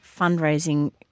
fundraising